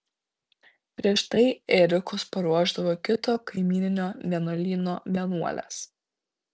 prieš tai ėriukus paruošdavo kito kaimyninio vienuolyno vienuolės